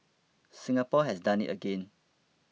Singapore has done it again